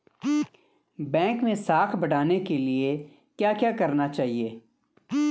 Bank मैं साख बढ़ाने के लिए क्या क्या करना चाहिए?